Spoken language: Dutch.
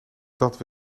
dat